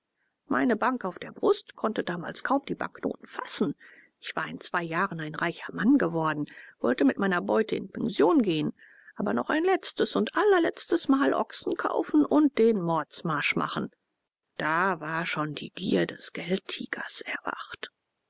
meine bank auf der brust konnte damals kaum die banknoten fassen ich war in zwei jahren ein reicher mann geworden wollte mit meiner beute in pension gehen aber noch ein letztes und allerletztes mal ochsen kaufen und den mordsmarsch machen da war schon die gier des geldtigers erwacht